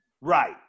Right